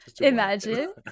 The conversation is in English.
Imagine